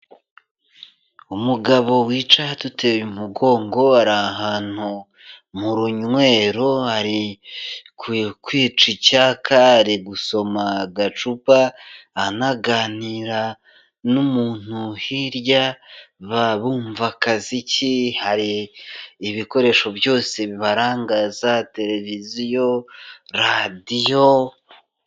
Umugabo wicaye aduteye umugongo, ari ahantu mu runywero, ari kwica icyaka, ari gusoma gacupa, anaganira n'umuntu hirya, bumva akaziki, hari ibikoresho byose bibaranga za televiziyo radiyo.